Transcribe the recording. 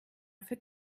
für